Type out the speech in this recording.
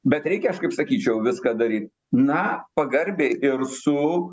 bet reikia aš kaip sakyčiau viską daryt na pagarbiai ir su